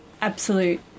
absolute